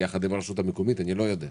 ביחד עם הרשות המקומית אני לא יודע,